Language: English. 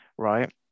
Right